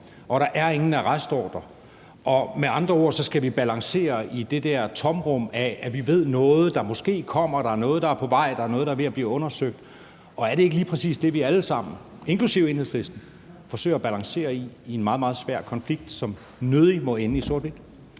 ikke er nogen arrestordre, og at vi med andre ord skal balancere i det der tomrum, hvor vi har viden om noget, der måske kommer, og der er noget, der er på vej, og noget, der er ved at blive undersøgt? Og er det ikke lige præcis det, vi alle sammen, inklusive Enhedslisten, forsøger at balancere i i en meget, meget svær konflikt, som nødig må ende i sort-hvidt.